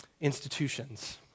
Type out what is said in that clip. institutions